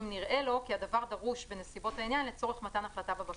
אם נראה לו כי הדבר דרוש בנסיבות העניין לצורך מתן החלטה בבקשה.